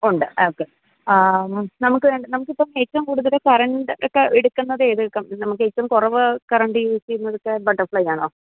ഉണ്ട് ഓക്കെ നമുക്ക് വേണ്ട നമുക്ക് ഇപ്പം ഏറ്റോം കൂടുതൽ കറൻണ്ട് ഒക്കെ എടുക്കുന്നത് ഏത് നമുക്ക് ഏറ്റോം കുറവ് കറണ്ട് യൂസ് ചെയ്യുന്നത് ഒക്കെ ബട്ടർഫ്ലൈയ്യാണോ